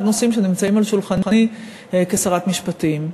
נושאים שנמצאים על שולחני כשרת המשפטים.